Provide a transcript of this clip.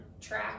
track